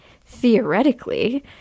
theoretically